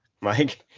mike